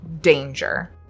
danger